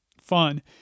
fun